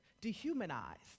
dehumanized